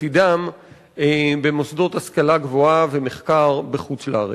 עתידם במוסדות השכלה גבוהה ומחקר בחוץ-לארץ.